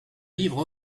livre